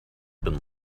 been